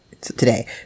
today